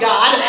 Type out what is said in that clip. God